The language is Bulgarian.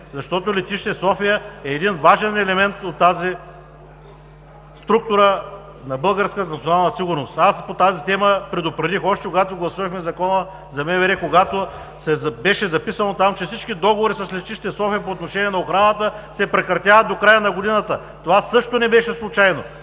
защото Летище София е един важен елемент от структурата на българската национална сигурност. Аз и по тази тема предупредих още когато гласувахме Закона за МВР, когато беше записано там, че всички договори с Летище София по отношение на охраната се прекратяват до края на годината, това също не беше случайно,